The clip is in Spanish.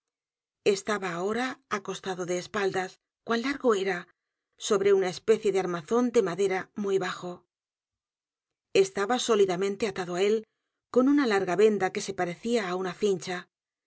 a ahora acostado de espaldas cuan largo era sobre una especie de armazón de madera m u y bajo estaba sólidamente atado á él con una l a r g a venda que se parecía á una cincha